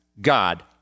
God